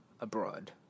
abroad